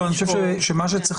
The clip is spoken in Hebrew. אני חושב שמה שצריך